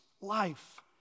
life